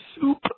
soup